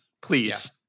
Please